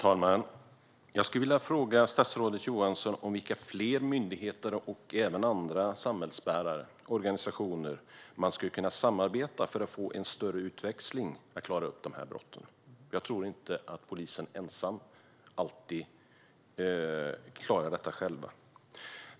Herr talman! Jag vill fråga statsrådet Johansson vilka fler myndigheter och andra samhällsbärare och organisationer som man skulle kunna samarbeta med för att få en större utväxling när man försöker klara upp dessa brott. Jag tror inte att polisen ensam alltid klarar detta.